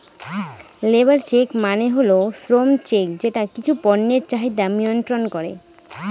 labour check মানে হল শ্রম চেক যেটা কিছু পণ্যের চাহিদা মিয়ন্ত্রন করে